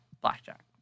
blackjack